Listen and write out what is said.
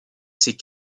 ses